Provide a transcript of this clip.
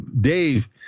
Dave